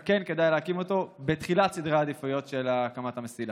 כן כדאי להקים אותו בתחילת סדר העדיפויות של הקמת המסילה.